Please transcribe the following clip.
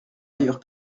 ailleurs